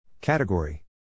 Category